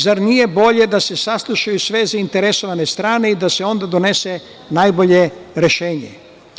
Zar nije bolje da se saslušaju sve zainteresovane strane i da se onda donese najbolje rešenje?